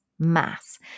mass